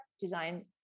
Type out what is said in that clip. design